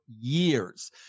years